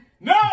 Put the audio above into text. No